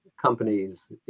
Companies